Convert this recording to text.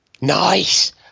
Nice